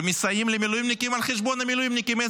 ומסייעים למילואימניקים על חשבון המילואימניקים.